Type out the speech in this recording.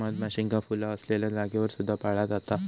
मधमाशींका फुला असलेल्या जागेवर सुद्धा पाळला जाता